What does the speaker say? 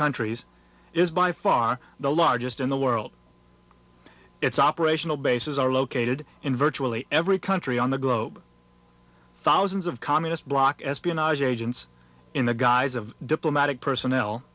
countries is by far the largest in the world its operational bases are located in virtually every country on the globe thousands of communist block espionage agents in the guise of diplomatic personnel